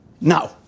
Now